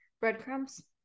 Breadcrumbs